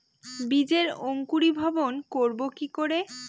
বীজের অঙ্কুরিভবন করব কি করে?